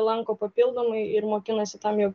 lanko papildomai ir mokinasi tam jog